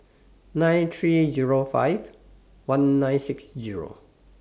nine three Zero five one nine six Zero